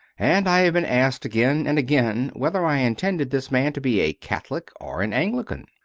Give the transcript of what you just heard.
and i have been asked again and again whether i intended this man to be a catholic or an anglican.